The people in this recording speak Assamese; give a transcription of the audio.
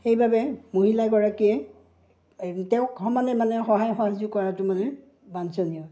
সেইবাবে মহিলাগৰাকীয়ে তেওঁক সমানে মানে সহায় সহাযোগ কৰাটো মানে বাঞ্চনীয়